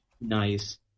nice